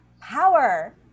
power